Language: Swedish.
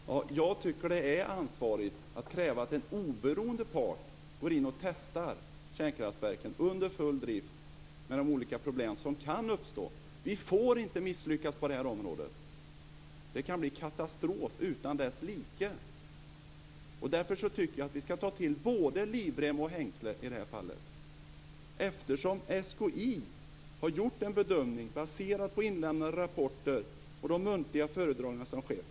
Fru talman! Jag tycker att det är ansvarigt att kräva att en oberoende part går in och testar kärnkraftverken under full drift i de olika situationer som kan uppstå. Vi får inte misslyckas på det här området. Det kan bli en katastrof utan dess like. Därför tycker jag att vi ska ta till både livrem och hängslen i det här fallet. SKI har ju gjort en bedömning baserad på inlämnade rapporter och de muntliga föredragningar som har skett.